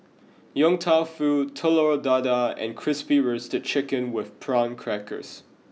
Yong Tau Foo Telur Dadah and Crispy Roasted Chicken with prawn crackers